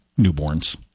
newborns